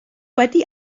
wedi